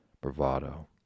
bravado